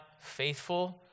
faithful